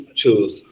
choose